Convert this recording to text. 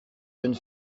jeune